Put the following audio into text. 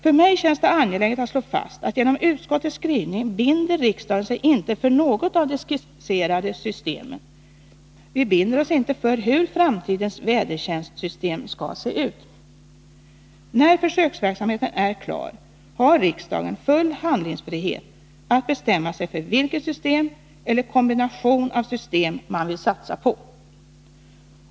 För mig känns det angeläget att slå fast att genom utskottets skrivning binder riksdagen sig inte för något av de skisserade systemen. Vi binder oss inte för hur framtidens vädertjänstsystem skall se ut. När försöksverksamheten är klar har riksdagen full handlingsfrihet att bestämma sig för vilket system eller vilken kombination av system som man vill satsa på.